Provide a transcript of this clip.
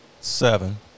seven